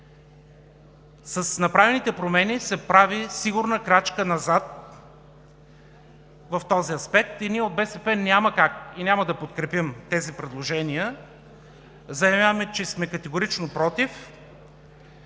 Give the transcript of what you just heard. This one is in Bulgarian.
С направените промени се прави сигурна крачка назад в този аспект и ние от БСП няма как и няма да подкрепим тези предложения. Заявяваме, че сме категорично против